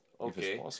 okay